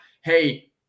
hey